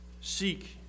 seek